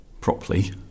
properly